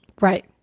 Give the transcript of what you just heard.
right